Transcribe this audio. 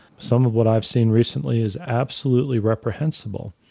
some of what i've seen recently is absolutely reprehensible.